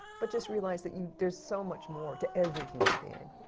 but just realize that you, there's so much more to every human being.